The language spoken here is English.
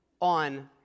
on